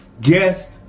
guest